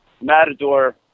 Matador